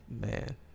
Man